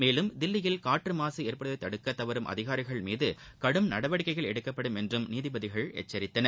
மேலும் தில்லியில் காற்றமாசு ஏற்படுவதை தடுக்க தவறும் அதிகாரிகள் மீது கடும் நடவடிக்கைகள் எடுக்கப்படும் என்றும் நீதிபதிகள் எச்சரித்தனர்